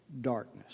darkness